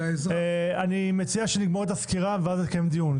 אני מציע שנגמור את הסקירה ואז נקיים דיון,